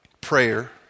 Prayer